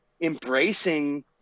embracing